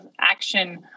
action